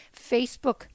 Facebook